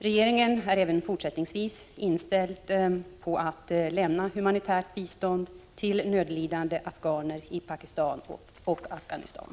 Regeringen är även fortsättningsvis inställd på att lämna humanitärt bistånd till nödlidande afghaner i Pakistan och Afghanistan.